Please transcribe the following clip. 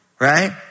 right